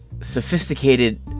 sophisticated